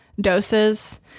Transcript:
doses